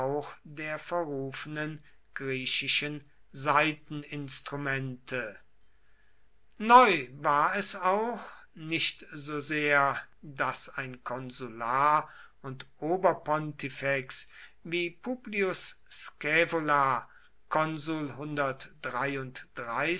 der verrufenen griechischen saiteninstrumente neu war es auch nicht so sehr daß ein konsular und oberpontifex wie publius scaevola